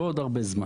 לא עוד הרבה זמן.